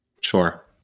Sure